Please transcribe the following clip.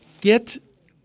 get